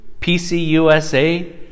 PCUSA